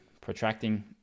protracting